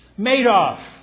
Madoff